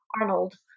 Arnold